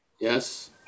yes